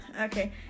Okay